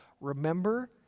Remember